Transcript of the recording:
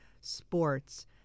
sports